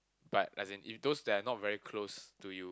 but as in if those that are not very close to you